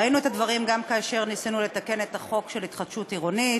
ראינו את הדברים גם כאשר ניסינו לתקן את החוק להתחדשות עירונית,